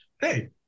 hey